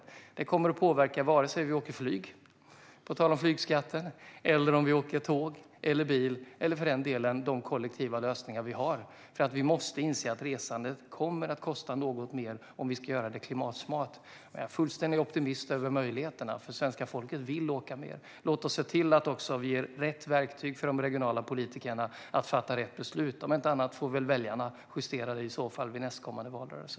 Detta kommer att påverka oavsett om vi åker flyg - på tal om flygskatten - tåg eller bil, eller för den delen de kollektiva lösningar vi har. Vi måste inse att resandet kommer att kosta något mer om vi ska göra det klimatsmart. Jag är fullständigt optimistisk över möjligheterna, för svenska folket vill åka med. Låt oss se till att vi ger de regionala politikerna verktyg för att fatta rätt beslut. Om inte annat får väljarna justera detta vid nästkommande valrörelse.